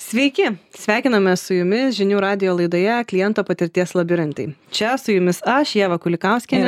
sveiki sveikinamės su jumis žinių radijo laidoje kliento patirties labirintai čia su jumis aš ieva kulikauskienė